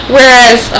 Whereas